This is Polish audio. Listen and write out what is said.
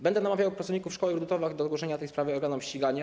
Będę namawiał pracowników szkoły w Rydułtowach do zgłoszenia tej sprawy organom ścigania.